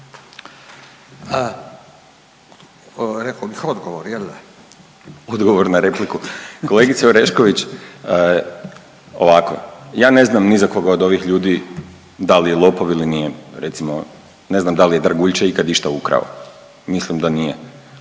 Bojan (Nezavisni)** Odgovor na repliku. Kolegice Orešković, ovako, ja ne znam ni za koga od ovih ljudi da li je lopov ili nije, recimo ne znam da li je Draguljče ikad išta ukrao, mislim da nije,